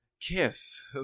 Kiss